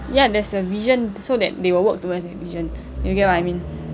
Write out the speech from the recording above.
ya there's a vision so that they will work towards that vision you get what I mean